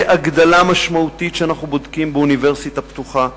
בהגדלה משמעותית שאנחנו בודקים באוניברסיטה הפתוחה,